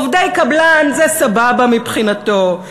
עובדי קבלן זה סבבה מבחינתו,